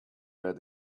read